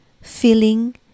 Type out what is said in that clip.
feeling